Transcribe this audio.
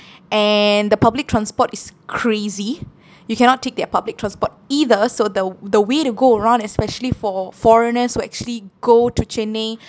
and the public transport is crazy you cannot take their public transport either so the the way to go around especially for foreigners who actually go to chennai